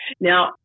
Now